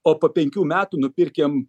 o po penkių metų nupirkim